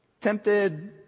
tempted